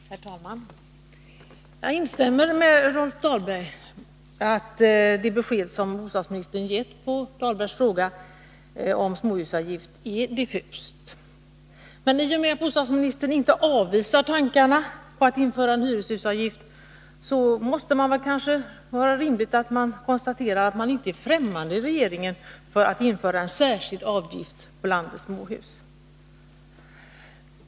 Herr talman! Jag instämmer med Rolf Dahlberg i att det besked som bostadsministern gett på frågan om småhusavgift är diffust. I och med att bostadsministern inte avvisar tankarna på att införa en småhusavgift måste det vara rimligt att konstatera att regeringen inte heller är främmande för att införa en särskild avgift på landets småhus.